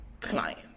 client